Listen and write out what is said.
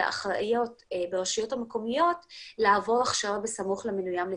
האחריות ברשויות המקומיות לעבור הכשרה בסמוך למינוין בתפקיד.